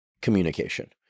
communication